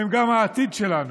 הם גם העתיד שלנו.